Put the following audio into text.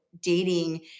dating